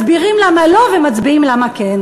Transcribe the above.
מסבירים למה לא ומצביעים למה כן.